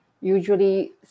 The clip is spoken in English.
Usually